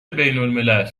بینالملل